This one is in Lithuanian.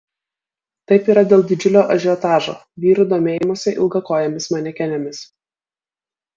taip yra dėl didžiulio ažiotažo vyrų domėjimosi ilgakojėmis manekenėmis